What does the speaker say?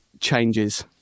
changes